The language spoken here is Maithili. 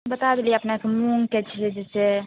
बता देलिए अपनाके मूंगके छै जइसे